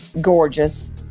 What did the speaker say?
gorgeous